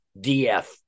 df